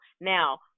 Now